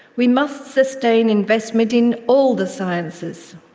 we must sustain investment in all the sciences.